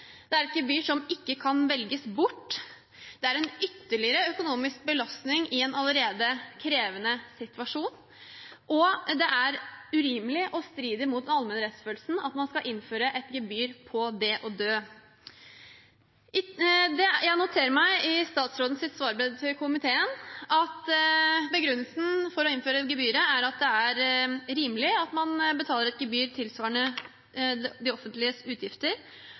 Det er et gebyr som ikke kan velges bort. Det er en ytterligere økonomisk belastning i en allerede krevende situasjon. Og det er urimelig og strider mot allmennrettsfølelsen at man skal innføre et gebyr på det å dø. Jeg noterer meg i statsrådens svarbrev til komiteen at begrunnelsen for å innføre gebyret er at det er rimelig at man betaler et gebyr tilsvarende det offentliges utgifter,